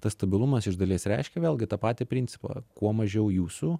tas stabilumas iš dalies reiškia vėlgi tą patį principą kuo mažiau jūsų